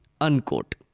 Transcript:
unquote